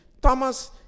Thomas